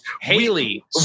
haley